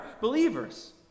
believers